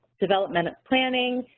development planning,